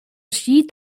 sheet